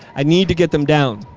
i need to get them down.